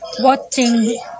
Watching